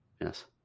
Yes